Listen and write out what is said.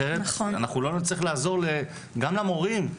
אחרת לא נצליח לעזור גם למורים.